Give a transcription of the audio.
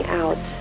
out